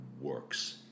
works